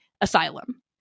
asylum